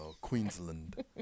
Queensland